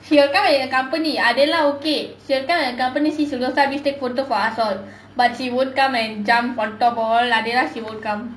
she will come and accompany adella okay she will come and accompany see sentosa take photo for us all but she won't come and jump on top adella she won't come